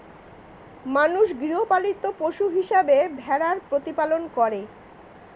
মানুষ গৃহপালিত পশু হিসেবে ভেড়ার প্রতিপালন করে